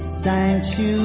sanctuary